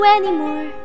anymore